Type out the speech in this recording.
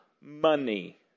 money